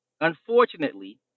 unfortunately